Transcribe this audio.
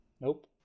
Nope